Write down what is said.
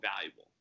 valuable